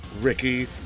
Ricky